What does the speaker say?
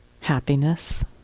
happiness